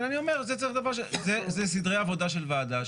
אני אומר, זה סדרי עבודה של ועדה.